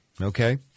okay